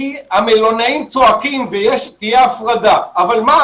כי המלונאים צועקים שתהיה הפרדה - אבל מה,